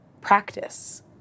practice